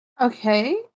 Okay